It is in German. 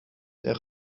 der